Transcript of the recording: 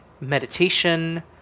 Meditation